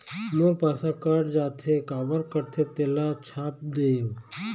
मोर पैसा कट जाथे काबर कटथे तेला छाप देव?